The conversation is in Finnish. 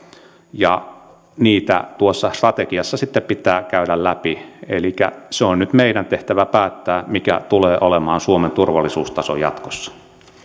ja niitä tuossa strategiassa sitten pitää käydä läpi elikkä nyt on meidän tehtävämme päättää mikä tulee olemaan suomen turvallisuustaso jatkossa